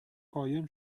قایم